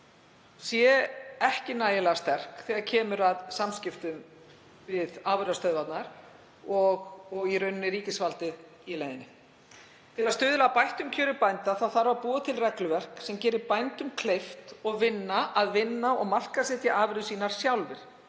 sé ekki nægilega sterk þegar kemur að samskiptum við afurðastöðvarnar og ríkisvaldið í leiðinni. Til að stuðla að bættum kjörum bænda þarf að búa til regluverk sem gerir bændum kleift að vinna og markaðssetja afurðir sínar sjálfir